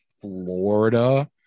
Florida